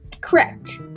Correct